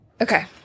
Okay